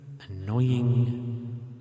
annoying